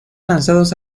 lanzados